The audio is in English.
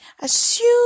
assume